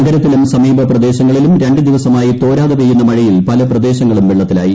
നഗരത്തിലും സമീപ പ്രദേശങ്ങ ളിലും രണ്ടു ദിവസമായി തോരാതെ പെയ്യുന്ന മഴയിൽ പല പ്രദേശ ങ്ങളും വെള്ളത്തിലായി